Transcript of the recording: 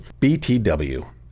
BTW